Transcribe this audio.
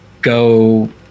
go